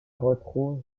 retrouvent